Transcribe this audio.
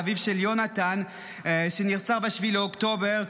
אביו של יונתן שנרצח ב-7 באוקטובר.